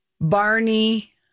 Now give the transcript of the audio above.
Barney